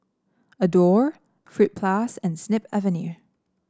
Adore Fruit Plus and Snip Avenue